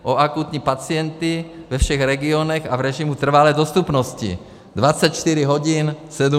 O akutní pacienty ve všech regionech a v režimu trvalé dostupnosti 24 hodin, 7 dnů.